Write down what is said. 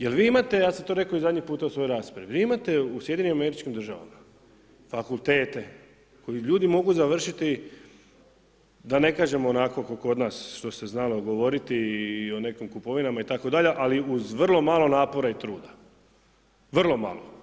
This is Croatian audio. Jer vi imate, ja sam to rekao i zadnji puta u svojoj raspravi, vi imate u SAD-u fakultete koje ljudi mogu završiti da ne kažem onako kao kod nas što se znalo govoriti i o nekim kupovinama itd., ali uz vrlo malo napora i truda, vrlo malo.